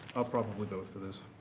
i'll probably vote for this.